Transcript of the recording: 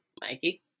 Mikey